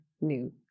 new